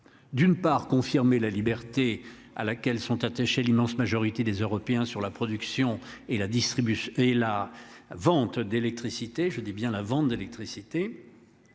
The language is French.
D'une part confirmé la liberté à laquelle sont attachés. L'immense majorité des Européens sur la production et la distribution et la vente d'électricité, je dis bien la vente d'électricité.